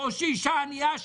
או אישה ענייה,